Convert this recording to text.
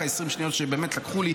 רק ה-20 שניות שבאמת לקחו לי.